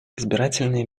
избирательные